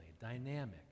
Dynamic